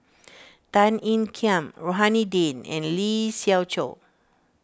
Tan Ean Kiam Rohani Din and Lee Siew Choh